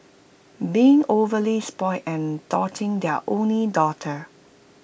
being overly spoilt and doting their only daughter